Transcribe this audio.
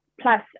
plus